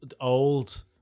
Old